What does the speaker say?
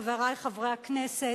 חברי חברי הכנסת,